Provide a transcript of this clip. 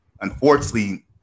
unfortunately